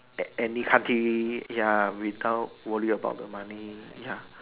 at any country ya without worry about the money ya